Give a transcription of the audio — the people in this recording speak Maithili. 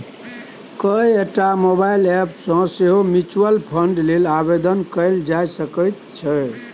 कएकटा मोबाइल एप सँ सेहो म्यूचुअल फंड लेल आवेदन कएल जा सकैत छै